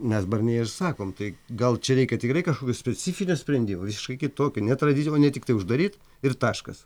mes barnjė ir sakom tai gal čia reikia tikrai kažkokio specifinio sprendimo visiškai kitokio netradicinio o ne tiktai uždaryt ir taškas